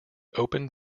open